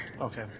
Okay